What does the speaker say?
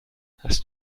hast